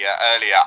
earlier